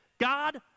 God